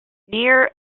near